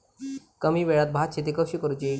कमी वेळात भात शेती कशी करुची?